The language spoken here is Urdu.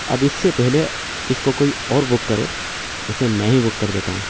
اب اس سے پہلے اس کو کوئی اور بک کرے اسے میں ہی بک کر دیتا ہوں